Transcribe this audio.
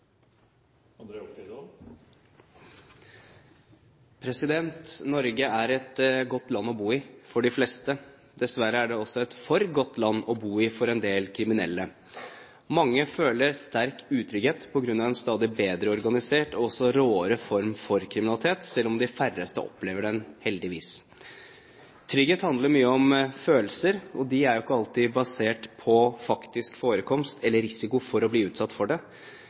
de få reduserte utgifter til politihelikoptre. Replikkordskiftet er omme. Norge er et godt land å bo i for de fleste. Dessverre er det også et for godt land å bo i for en del kriminelle. Mange føler sterk utrygghet på grunn av en stadig bedre organisert og også råere form for kriminalitet, selv om de færreste opplever den – heldigvis. Trygghet handler mye om følelser, og de er ikke alltid basert på faktisk forekomst eller risiko for å bli utsatt for